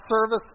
service